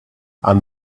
and